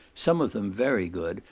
some of them very good,